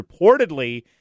reportedly